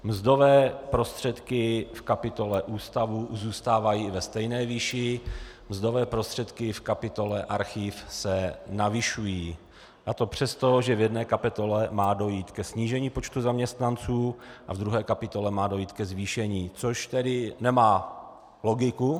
Mzdové prostředky v kapitole ústavu zůstávají ve stejné výši, mzdové prostředky v kapitole archiv se navyšují, a to přesto, že v jedné kapitole má dojít ke snížení počtu zaměstnanců a v druhé kapitole má dojít ke zvýšení, což tedy nemá faktickou logiku.